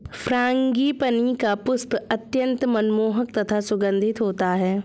frangipani का पुष्प अत्यंत मनमोहक तथा सुगंधित होता है